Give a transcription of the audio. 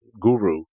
guru